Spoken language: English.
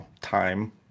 time